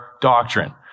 doctrine